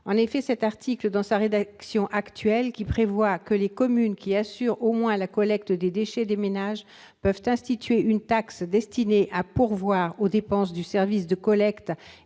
de gestion des déchets. Dans sa rédaction actuelle, cet article prévoit que « les communes qui assurent au moins la collecte des déchets des ménages peuvent instituer une taxe destinée à pourvoir aux dépenses du service de collecte